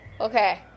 Okay